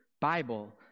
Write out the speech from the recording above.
Bible